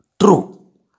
true